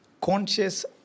conscious